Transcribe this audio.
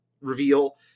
reveal